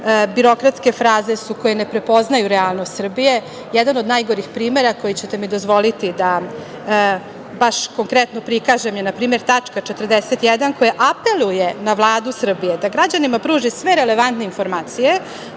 birokratske fraze su koje ne prepoznaju realnost Srbije. Jedan od najgorih primera koji ćete mi dozvoliti da baš konkretno prikažem je na primer tačka 41. koja apeluje na Vladu Srbije da građanima pruži sve relevantne informacije